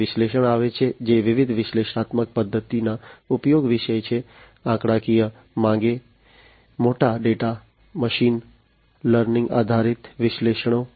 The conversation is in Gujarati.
પછી વિશ્લેષણ આવે છે જે વિવિધ વિશ્લેષણાત્મક પદ્ધતિના ઉપયોગ વિશે છે આંકડાકીય માંગે મોટા ડેટા મશીન લર્નિંગ આધારિત વિશ્લેષણો